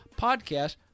podcast